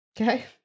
Okay